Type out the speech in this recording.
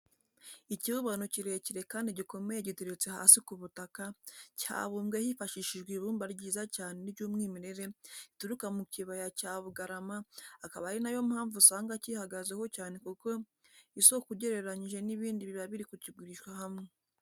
Ikibumbano kirekire kandi gikomeye giteretse hasi ku butaka, cyabumbwe hifashishijwe ibumba ryiza cyane ry'umwimerere rituruka mu kibaya cya Bugarama, akaba ari na yo mpamvu usanga cyihagazeho cyane ku isoko ugereranyije n'ibindi biba biri kugurishirizwa hamwe.